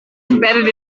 embedded